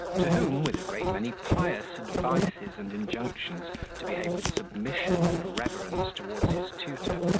to whom, with a great many pious advices and injunctions to behave with submission and reverence towards his tutor,